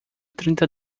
trinta